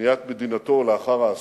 בבניית מדינתו לאחר האסון,